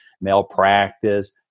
malpractice